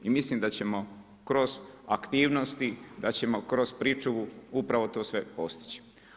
I mislim da ćemo kroz aktivnosti, da ćemo kroz pričuvu, upravo to sve postići.